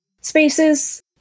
spaces